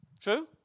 True